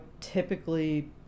typically